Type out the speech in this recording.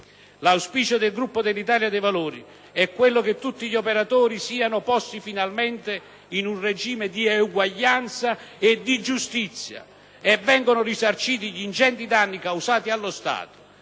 L'auspicio del Gruppo Italia dei Valori è che tutti gli operatori siano posti finalmente in un regime di uguaglianza e di giustizia, che vengano risarciti gli ingenti danni causati allo Stato